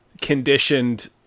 conditioned